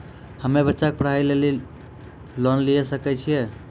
हम्मे बच्चा के पढ़ाई लेली लोन लिये सकय छियै?